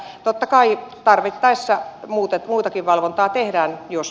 mutta totta kai tarvittaessa muutakin valvontaa tehdään jos